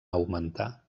augmentar